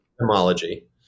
etymology